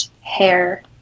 hair